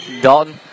Dalton